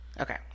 Okay